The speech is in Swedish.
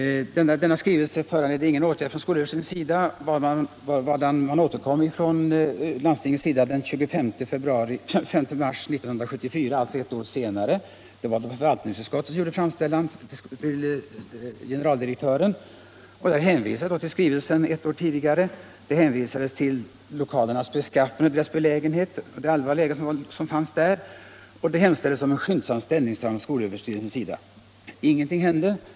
Denna skrivelse föranledde ingen åtgärd från skolöverstyrelsen, varför landstinget återkom den 25 mars 1974, alltså ett år senare. Förvaltningsutskottet gjorde en framställning till generaldirektören. Man hänvisade till skrivelsen ett år tidigare och till lokalernas belägenhet och beskaffenhet samt hemställde om skolöverstyrelsens skyndsamma ställningstagande. Ingenting hände.